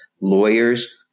lawyers